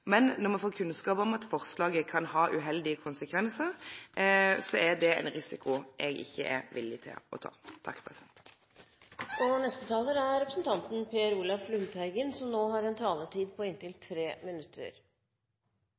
Men når me får kunnskap om at forslaget kan ha uheldige konsekvensar, er det ein risiko eg ikkje er villig til å ta.